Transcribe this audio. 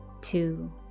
two